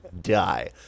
die